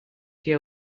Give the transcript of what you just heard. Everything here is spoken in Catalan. que